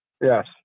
Yes